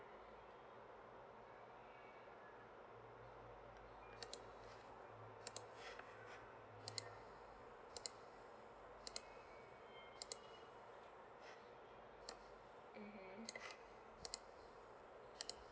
mmhmm